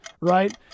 right